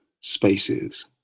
spaces